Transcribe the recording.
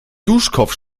duschkopf